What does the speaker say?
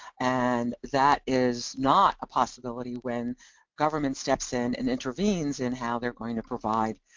and that is not a possibility when government steps in and intervenes in how they're going to provide,